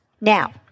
Now